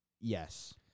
Yes